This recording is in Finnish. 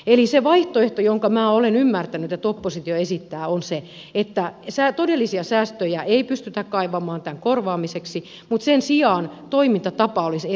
eli se vaihtoehto jonka minä olen ymmärtänyt että oppositio esittää on se että todellisia säästöjä ei pystytä kaivamaan tämän korvaamiseksi mutta sen sijaan toimintatapa olisi eri